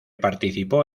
participó